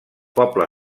poble